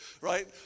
right